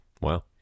Wow